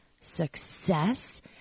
success